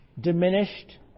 diminished